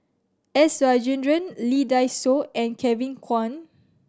S Rajendran Lee Dai Soh and Kevin Kwan